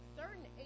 certain